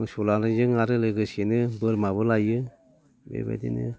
मोसौ लानायजों आरो लोगोसेनो बोरमाबो लायो बेबायदिनो